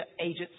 Agents